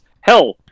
Hell